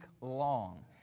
long